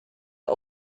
are